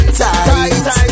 tight